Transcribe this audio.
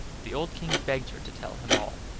the old king begged her to tell him all,